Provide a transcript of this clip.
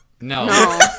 No